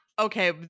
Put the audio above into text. Okay